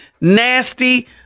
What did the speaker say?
nasty